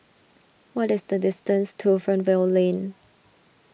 what is the distance to Fernvale Lane